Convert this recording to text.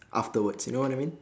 afterwards you know what I mean